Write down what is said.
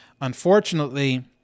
Unfortunately